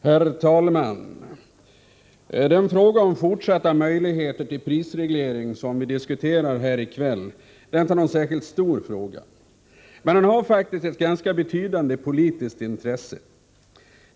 Herr talman! Den fråga om fortsatta möjligheter till prisreglering som vi diskuterar här i kväll är inte någon särskilt stor fråga. Men den har faktiskt ett ganska betydande politiskt intresse.